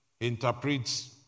interprets